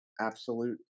absolute